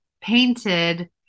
painted